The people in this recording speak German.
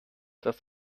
das